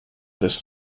this